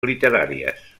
literàries